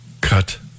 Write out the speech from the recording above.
Cut